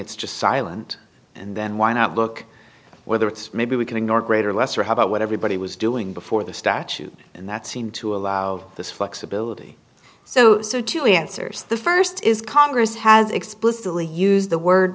it's just silent and then why not look whether it's maybe we can ignore greater or lesser about what everybody was doing before the statute and that seemed to allow this flexibility so so to answers the first is congress has explicitly used the word